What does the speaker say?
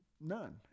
none